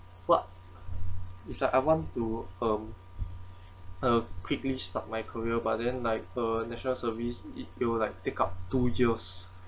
what if like I want to um uh quickly start my career but then like uh national service it will like take out two years